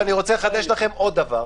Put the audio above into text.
אבל אני רוצה לחדש להם עוד דבר: